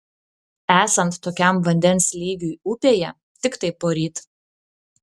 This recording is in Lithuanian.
esant tokiam vandens lygiui upėje tiktai poryt